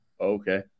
okay